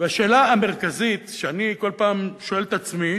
השאלה המרכזית שאני כל פעם שואל את עצמי: